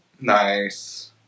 Nice